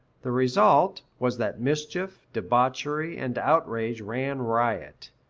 the result was that mischief, debauchery, and outrage ran riot,